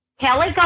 Kelly